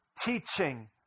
teaching